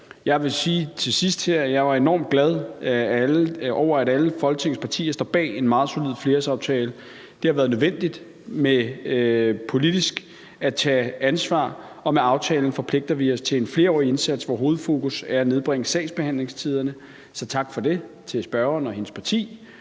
Jeg vil sige her til sidst, at jeg var enormt glad over, at alle Folketingets partier står bag en meget solid flerårsaftale. Det har været nødvendigt politisk at tage ansvar, og med aftalen forpligter vi os til en flerårig indsats, hvor hovedfokus er at nedbringe sagsbehandlingstiderne. Så tak for det til spørgeren og hendes parti,